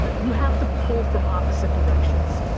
you have to pull from opposite directions.